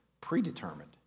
predetermined